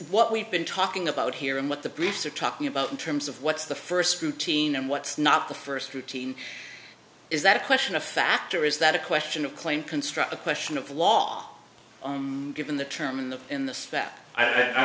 what we've been talking about here and what the briefs are talking about in terms of what's the first routine and what's not the first routine is that question a factor is that a question of claim construct a question of law given the term in the in the